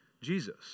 Jesus